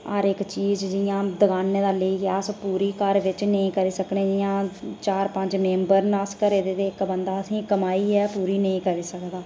हर इक चीज जियां दकानें दा लेइयै अस पूरी घर बिच नेईं करी सकने जियां चार पंज मैम्बर न अस घरै दे ते इक बंदा असेंगी कमाइयै पूरी नेईं करी सकदा